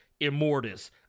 Immortus